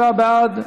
47 בעד,